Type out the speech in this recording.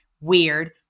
Weird